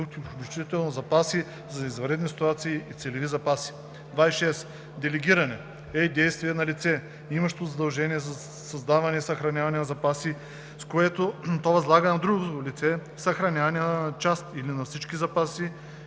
включително запаси за извънредни ситуации и целеви запаси. 26. „Делегиране“ е действие на лице, имащо задължения за създаване и съхраняване на запаси, с което то възлага на друго лице съхраняване на част или на всичките запаси,